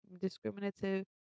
discriminative